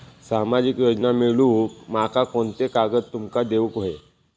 सामाजिक योजना मिलवूक माका कोनते कागद तुमका देऊक व्हये?